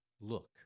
Look